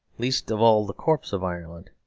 least of all the corpse of ireland.